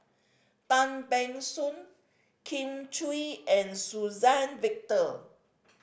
Tan Ban Soon Kin Chui and Suzann Victor